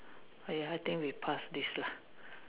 eh I think we pass this lah